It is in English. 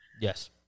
Yes